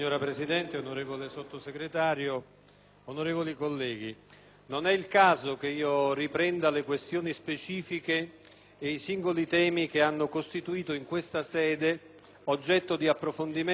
onorevoli colleghi, non è il caso che io riprenda le questioni specifiche e i singoli temi che hanno costituito in questa sede oggetto di approfondimento e che hanno occupato, nella giornata di ieri